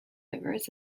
overs